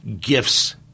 gifts